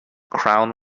crown